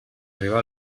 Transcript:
arribar